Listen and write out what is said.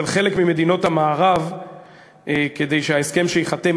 חלק ממדינות המערב כדי שההסכם שייחתם,